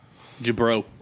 Jabro